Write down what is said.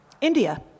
India